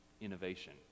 innovation